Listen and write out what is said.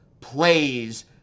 plays